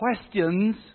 questions